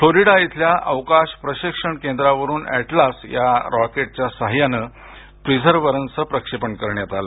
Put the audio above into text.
Florida इथल्या अवकाश प्रक्षेपण केंद्रावरून एटलास या रॉकेटच्या साह्यानं प्रीझर्व्हन्सचं प्रक्षेपण करण्यात आलं